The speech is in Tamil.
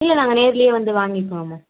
இல்லை நாங்கள் நேர்லயே வந்து வாங்கிக்கறோம் மேம்